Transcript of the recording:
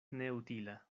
neutila